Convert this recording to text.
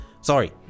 Sorry